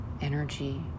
energy